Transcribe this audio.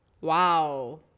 wow